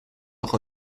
auch